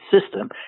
system